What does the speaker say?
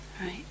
Right